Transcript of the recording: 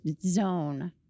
zone